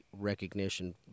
recognition